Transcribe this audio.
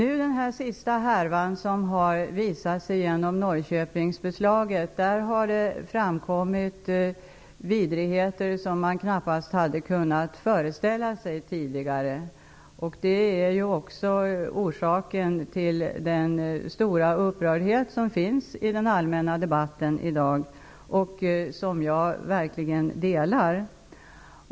I den härva som senast kommit fram, i samband med Norrköpingsbeslaget, har det framkommit vidrigheter som man tidigare knappast hade kunnat föreställa sig, och det är orsaken till den stora upprördhet som finns i den allmänna debatten i dag och som jag verkligen delar.